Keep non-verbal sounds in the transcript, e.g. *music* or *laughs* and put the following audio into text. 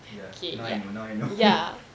ya now I know now I know *laughs*